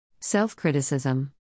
Self-criticism